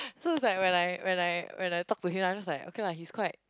so it's like when I when I when I talk to him lah then was like okay lah he's quite